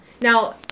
Now